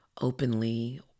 openly